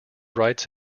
writes